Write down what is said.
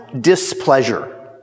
displeasure